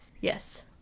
Yes